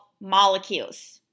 molecules